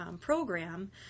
program